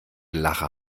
lache